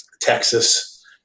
Texas